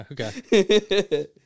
Okay